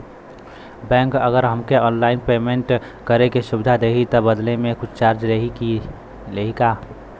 Bank अगर हमके online payment करे के सुविधा देही त बदले में कुछ चार्जेस लेही का?